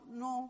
no